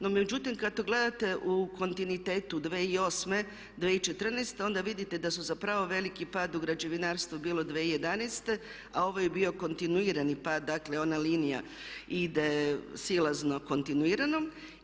No međutim, kad gledate u kontinuitetu 2008.-2014. onda vidite da su zapravo veliki pad u građevinarstvu bilo 2011., a ovo je bio kontinuirani pad, dakle ona linija ide silazno kontinuirano.